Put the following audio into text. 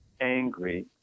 angry